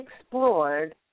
explored